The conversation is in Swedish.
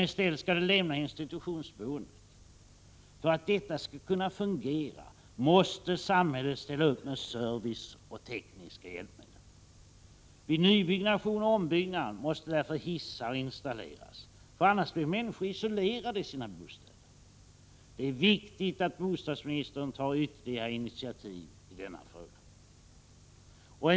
I stället skall de lämna institutionsboendet. För att detta skall kunna fungera måste samhället ställa upp med service och tekniska hjälpmedel. Vid nybyggnation och ombyggnad måste därför hissar installeras, annars blir människor isolerade i sina bostäder. Det är viktigt att bostadsministern tar ytterligare initiativ i denna fråga.